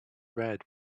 red